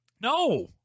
No